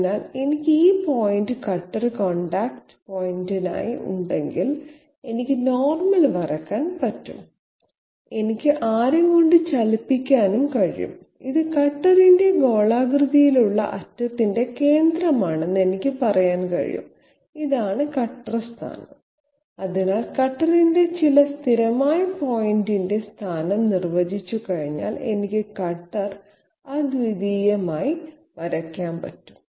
അതിനാൽ എനിക്ക് ഈ പോയിന്റ് കട്ടർ കോൺടാക്റ്റ് പോയിന്റായി ഉണ്ടെങ്കിൽ എനിക്ക് നോർമൽ വരയ്ക്കാൻ കഴിയും എനിക്ക് ആരം കൊണ്ട് ചലിപ്പിക്കാൻ കഴിയും ഇത് കട്ടറിന്റെ ഗോളാകൃതിയിലുള്ള അറ്റത്തിന്റെ കേന്ദ്രമാണെന്ന് എനിക്ക് പറയാൻ കഴിയും ഇതാണ് കട്ടർ സ്ഥാനം അതിനാൽ കട്ടറിലെ ചില സ്ഥിരമായ പോയിന്റിന്റെ സ്ഥാനം നിർവചിച്ചുകഴിഞ്ഞാൽ എനിക്ക് കട്ടർ അദ്വിതീയമായി വരയ്ക്കാനാകും